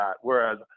Whereas